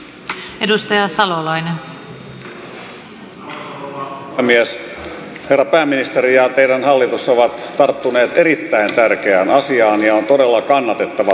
te herra pääministeri ja teidän hallituksenne olette tarttuneet erittäin tärkeään asiaan ja on todella kannatettava teema että lähdette tätä selvittämään